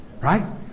Right